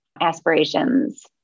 aspirations